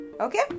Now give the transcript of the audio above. Okay